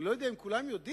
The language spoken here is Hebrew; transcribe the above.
אני לא יודע אם כולם יודעים.